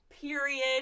period